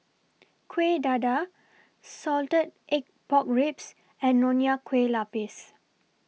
Kuih Dadar Salted Egg Pork Ribs and Nonya Kueh Lapis